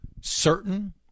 certain